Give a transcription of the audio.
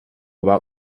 about